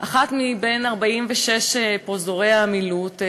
אחד מבין 46 פרוזדורי המילוט,